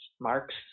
marks